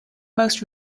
most